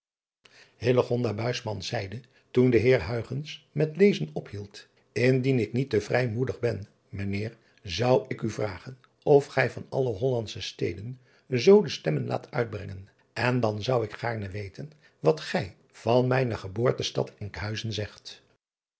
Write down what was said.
zeide toen de eer met lezen ophield ndien ik niet te vrijmoedig ben ijnheer zou ik u vragen of msterdam driaan oosjes zn et leven van illegonda uisman gij van alle ollandsché steden zoo de stemmen laat uitbrengen en dan zou ik gaarne weten wat gij van mijne geboortestad nkhuizen zegt